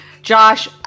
Josh